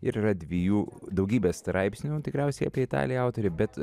ir yra dvi jų daugybės straipsnių tikriausiai apie italiją autorė bet